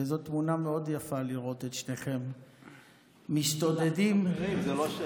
וזאת תמונה מאוד יפה לראות את שניכם מסתודדים בפרהסיה.